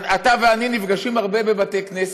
אתה ואני נפגשים הרבה בבתי-כנסת,